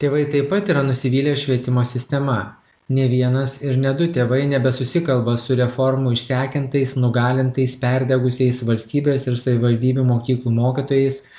tėvai taip pat yra nusivylę švietimo sistema ne vienas ir ne du tėvai nebesusikalba su reformų išsekintas nugalintais perdegusiais valstybės ir savivaldybių mokyklų mokytojais